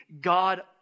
God